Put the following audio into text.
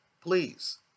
please